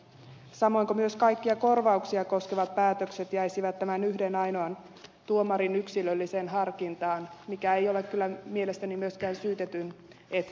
samoin myös kaikkia korvauksia koskevat päätökset jäisivät tämän yhden ainoan tuomarin yksilölliseen harkintaan mikä ei kyllä mielestäni myöskään ole syytetyn etu